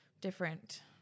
different